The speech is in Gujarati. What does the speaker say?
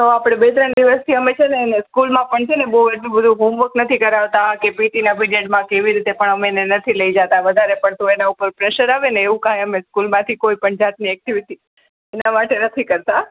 તો આપણે બે ત્રણ દિવસથી અમે છેને એને સ્કૂલમાં પણ છે ને અમે એને એટલું બધું હોમવર્ક નથી કરાવતા કે પી ટીના પીરિયડમાં કે એવી રીતે પણ અમે એને નથી લઈ જતા વધારે પડતું એના પર પ્રેશર આવેને એવું કાંઈ અમે સ્કૂલમાંથી અમે કોઈ પણ જાતની ઍક્ટિવિટિ એના માટે નથી કરતા